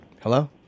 Hello